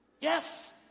Yes